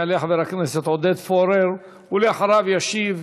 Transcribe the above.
יעלה חבר הכנסת עודד פורר, ולאחריו ישיב,